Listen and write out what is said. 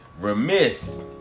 remiss